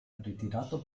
ritirato